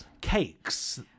cakes